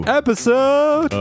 episode